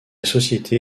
société